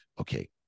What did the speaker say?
okay